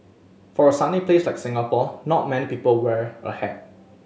for a sunny place like Singapore not many people wear a hat